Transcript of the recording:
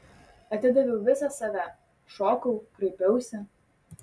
atidaviau visą save šokau kraipiausi